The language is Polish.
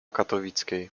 katowickiej